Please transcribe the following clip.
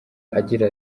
agira